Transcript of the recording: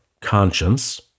conscience